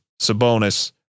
Sabonis